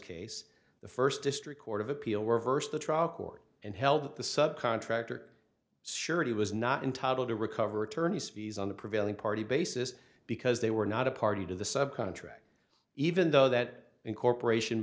case the first district court of appeal reversed the trial court and held that the sub contractor security was not entitled to recover attorney's fees on the prevailing party basis because they were not a party to the sub contract even though that incorporation